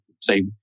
say